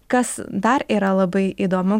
kas dar yra labai įdomu